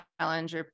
challenge